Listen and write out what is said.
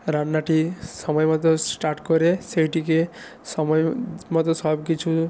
রান্নাটি সময়মতো স্টার্ট করে সেইটিকে সময়মতো সবকিছু